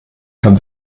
kann